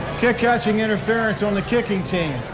kit catching interference on the kicking team.